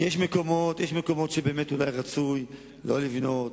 יש מקומות שבהם אולי באמת רצוי שלא לבנות,